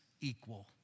equal